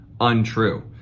untrue